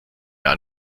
mehr